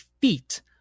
feet